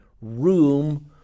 room